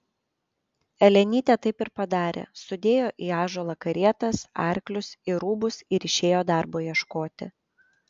elenytė taip ir padarė sudėjo į ąžuolą karietas arklius ir rūbus ir išėjo darbo ieškoti